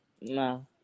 No